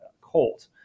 Colt